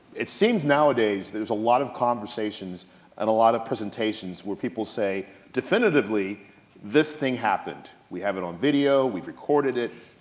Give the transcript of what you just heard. it seems nowadays there's a lot of conversations and a lot of presentations where people say, definitively this thing happened. we have it on video, we've recorded it,